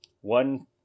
one